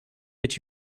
but